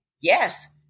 Yes